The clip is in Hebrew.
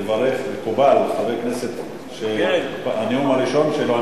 תברך, מקובל, חבר כנסת על הנאום הראשון שלו.